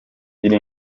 iri